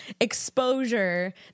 exposure